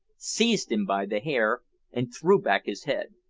seized him by the hair and threw back his head.